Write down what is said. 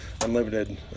unlimited